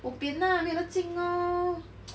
bo pian lah 没得进 lor